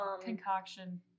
Concoction